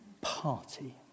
party